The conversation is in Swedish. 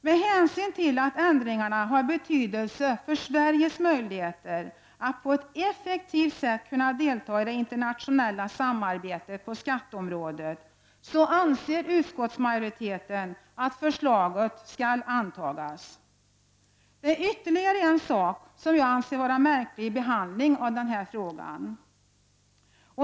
Med hänsyn till att ändringarna har betydelse för Sveriges möjligheter att på ett effektivt sätt delta i det internationella samarbetet på skatteområdet, anser utskottsmajoriteten att förslaget skall antas, Det är ytterligare en sak som jag anser vara märklig i behandlingen av denna fråga.